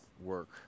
work